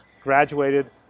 graduated